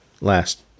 last